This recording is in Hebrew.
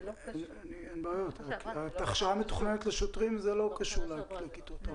אין בעיה אבל ההכשרה המתוכננת לשוטרים לא קשורה לזה שאין כיתות.